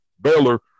Baylor